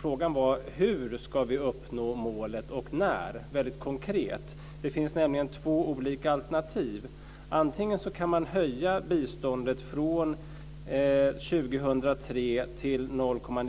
Frågan var hur vi ska uppnå målet och när. Det var en väldigt konkret fråga. Det finns nämligen två olika alternativ. Antingen kan man höja biståndet från 2003 till 2005,